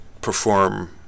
perform